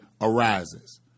arises